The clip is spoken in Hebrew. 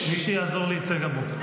מי שיעזור, יצא גם הוא.